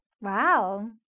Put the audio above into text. Wow